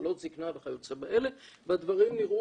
מחלות זקנה וכיוצא באלה והדברים נראו